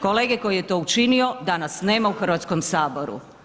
Kolege koji je to učinio danas nema u Hrvatskom saboru.